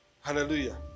Hallelujah